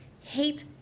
hate